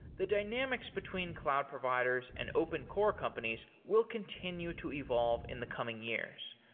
the dynamics between cloud providers and open core companies will continue to evolve in the coming years.